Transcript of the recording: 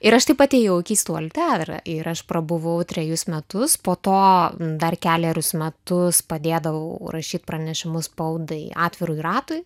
ir aš taip atėjau į keistuolių teatrą ir aš prabuvau trejus metus po to dar kelerius metus padėdavau rašyt pranešimus spaudai atvirui ratui